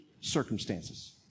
circumstances